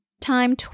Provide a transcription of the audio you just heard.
time